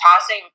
passing